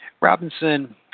Robinson